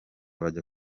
bajya